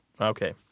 Okay